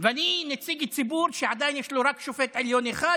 ואני נציג ציבור שעדיין יש לו רק שופט עליון אחד,